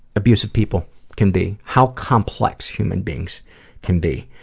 abuse of people can be. how complex human beings can be.